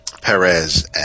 Perez